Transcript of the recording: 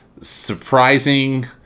surprising